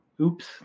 oops